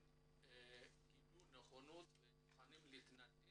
שגילו נכונות והם מוכנים להתנדב